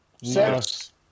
Yes